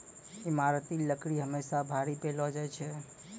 ईमारती लकड़ी हमेसा भारी पैलो जा छै